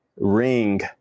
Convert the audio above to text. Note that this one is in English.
ring